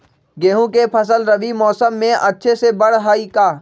गेंहू के फ़सल रबी मौसम में अच्छे से बढ़ हई का?